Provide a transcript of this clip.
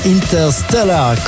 Interstellar